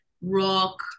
rock